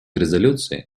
резолюции